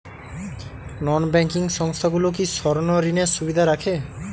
নন banking সংস্থাগুলো কি স্বর্ণঋণের সুবিধা রাখে?